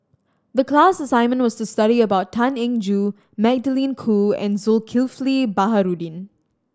the class assignment was to study about Tan Eng Joo Magdalene Khoo and Zulkifli Baharudin